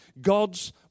God's